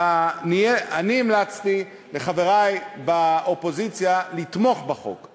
אני המלצתי לחברי באופוזיציה לתמוך בחוק,